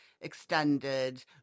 extended